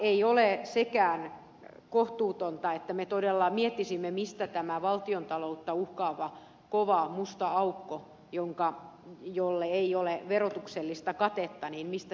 ei ole sekään kohtuutonta että me todella miettisimme mistä tämä valtiontaloutta uhkaava kova musta aukko jolle ei ole verotuksellista katetta katettaisiin